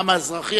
העם האזרחי,